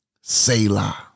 Selah